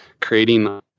creating